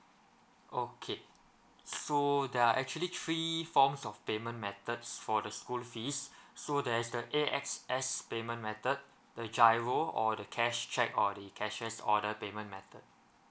okay so there are actually three forms of payment methods for the school fees so there's the A_X_S payment method the giro or the cash check or the cashier's order payment method